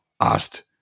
asked